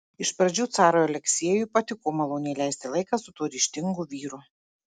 iš pradžių carui aleksejui patiko maloniai leisti laiką su tuo ryžtingu vyru